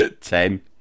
Ten